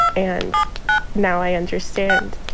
and now i understand